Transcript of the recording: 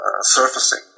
surfacing